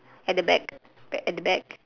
at the back at the back